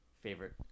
favorite